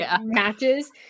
matches